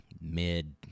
mid